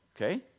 Okay